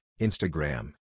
Instagram